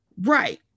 Right